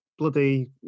Bloody